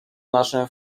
naszym